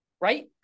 right